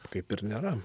kaip ir nėra